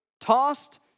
tossed